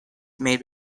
made